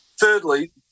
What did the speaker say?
Thirdly